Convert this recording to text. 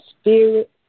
spirit